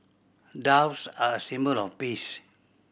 doves are a symbol of peace